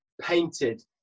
painted